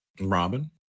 robin